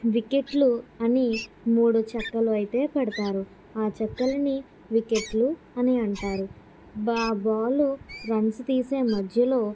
వికెట్లు అని మూడు చెక్కలు అయితే పెడతారు ఆ చెక్కలని వికెట్లు అని అంటారు బా బాలు రన్స్ తీసే మధ్యలో